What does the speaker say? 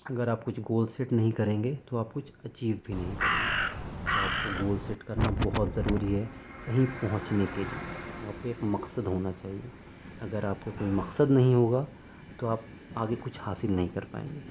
اگر آپ کچھ گول سیٹ نہیں کریں گے تو آپ کچھ اچیو بھی نہیں کریں گے تو آپ کو گول سیٹ کرنا بہت ضروری ہے کہیں پہنچنے کے لیے آپ پہ ایک مقصد ہونا چاہیے اگر آپ کا کوئی مقصد نہیں ہوگا تو آپ آگے کچھ حاصل نہیں کر پائیں گے